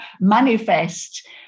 manifest